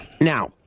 Now